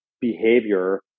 behavior